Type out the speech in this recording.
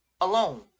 Alone